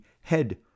head